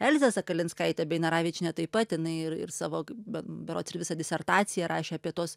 elzė sakalinskaitė beinaravičienė taip pat jinai ir ir savo berods ir visą disertaciją rašė apie tos